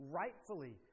rightfully